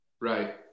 Right